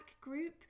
group